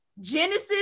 Genesis